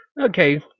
Okay